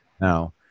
now